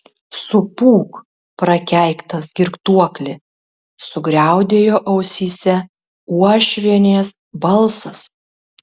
supūk prakeiktas girtuokli sugriaudėjo ausyse uošvienės balsas